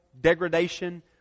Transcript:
degradation